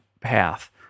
path